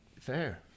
Fair